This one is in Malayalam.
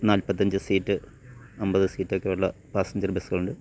നാൽപ്പത്തഞ്ച് സീറ്റ് അൻപത് സീറ്റൊക്കെയുള്ള പാസഞ്ചർ ബെസ്സ്കളുണ്ട്